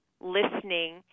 listening